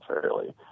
fairly